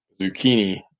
Zucchini